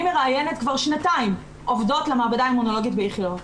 אני מראיינת כבר שנתיים עובדות למעבדה האימונולוגית באיכילוב.